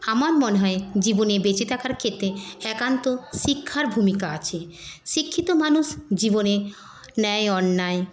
আমার মনে হয় জীবনে বেঁচে থাকার ক্ষেত্রে একান্ত শিক্ষার ভূমিকা আছে শিক্ষিত মানুষ জীবনে ন্যায় অন্যায়